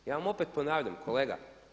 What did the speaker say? Ja vam opet po9navljam kolega.